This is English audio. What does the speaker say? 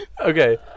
okay